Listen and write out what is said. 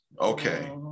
okay